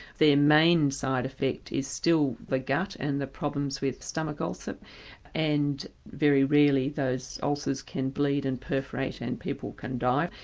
main side effect is still the gut and the problems with stomach ulcers and very rarely those ulcers can bleed and perforate and people can die,